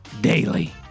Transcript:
daily